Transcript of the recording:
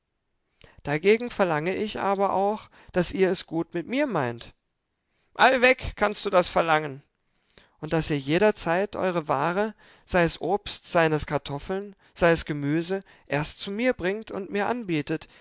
dagegen verlange ich aber auch daß ihr es gut mit mir meint allweg kannst du das verlangen und daß ihr jederzeit eure ware sei es obst seien es kartoffeln sei es gemüse erst zu mir bringet und mir anbietet